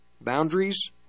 boundaries